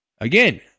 Again